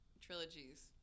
trilogies